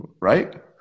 right